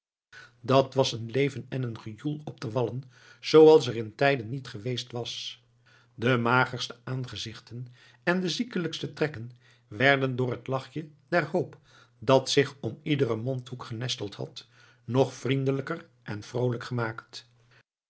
dat was een leven en een gejoel op de wallen zooals er in tijden niet geweest was de magerste aangezichten en de ziekelijkste trekken werden door het lachje der hoop dat zich om iederen mondhoek genesteld had nog vriendelijk en vroolijk gemaakt